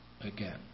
again